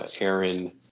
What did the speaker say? Aaron